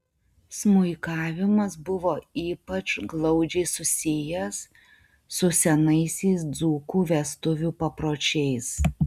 smuikavimas buvo ypač glaudžiai susijęs su senaisiais dzūkų vestuvių papročiais